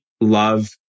love